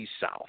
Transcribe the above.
South